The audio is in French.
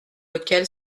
lequel